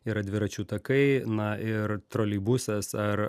yra dviračių takai na ir troleibusas ar